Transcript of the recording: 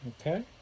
Okay